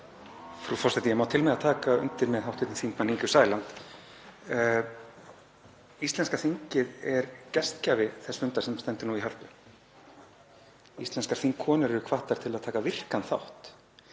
Frú forseti. Ég má til með að taka undir með hv. þm. Ingu Sæland. Íslenska þingið er gestgjafi þess fundar sem stendur nú í Hörpu. Íslenskar þingkonur eru hvattar til að taka virkan þátt.